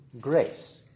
grace